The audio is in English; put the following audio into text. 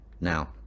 now